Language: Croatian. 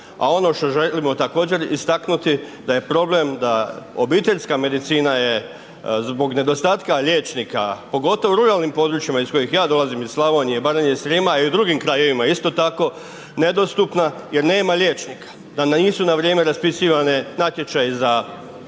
A ono što želimo također istaknuti da je problem da obiteljska medicina je zbog nedostatka liječnika, pogotovo u ruralnim područjima iz kojih ja dolazim, iz Slavonije, Baranje i Srijema i u drugim krajevima isto tako nedostupna jer nema liječnika, da nisu na vrijeme raspisivane natječaji za licence,